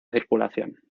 circulación